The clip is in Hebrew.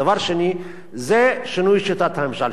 דבר שני זה שינוי שיטת הממשל.